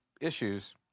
issues